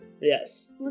Yes